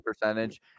percentage